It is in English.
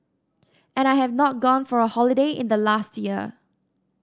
and I have not gone for a holiday in the last year